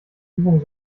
übung